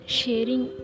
sharing